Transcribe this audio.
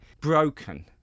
broken